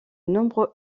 nombreux